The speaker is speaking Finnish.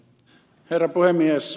herra puhemies